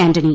Antony